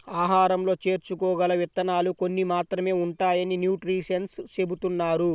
ఆహారంలో చేర్చుకోగల విత్తనాలు కొన్ని మాత్రమే ఉంటాయని న్యూట్రిషన్స్ చెబుతున్నారు